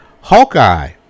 Hawkeye